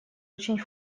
очень